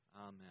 Amen